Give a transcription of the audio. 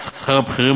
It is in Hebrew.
שכר הבכירים,